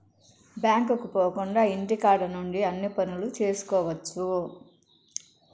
బ్యాంకుకు పోకుండా ఇంటికాడ నుండి అన్ని పనులు చేసుకోవచ్చు